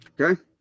Okay